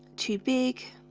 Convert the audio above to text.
too big